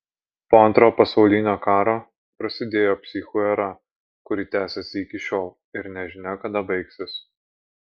po antrojo pasaulinio karo prasidėjo psichų era kuri tęsiasi iki šiol ir nežinia kada baigsis